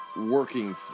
working